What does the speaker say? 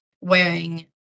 wearing